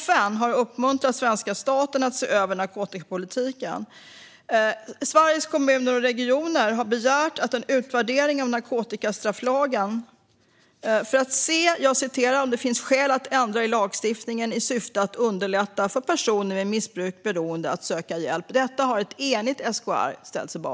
FN har uppmuntrat svenska staten att se över narkotikapolitiken, och Sveriges Kommuner och Regioner har begärt en utvärdering av narkotikastrafflagen "för att se om det finns skäl att ändra i lagstiftningen i syfte att underlätta för personer med missbruk/beroende att söka hjälp". Detta har ett enigt SKR ställt sig bakom.